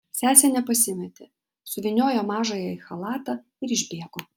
sesė nepasimėtė suvyniojo mažąją į chalatą ir išbėgo